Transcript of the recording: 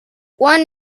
one